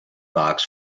box